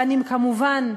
ואני כמובן,